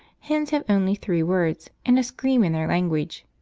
hens have only three words and a scream in their language,